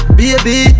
baby